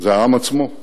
זה העם עצמו,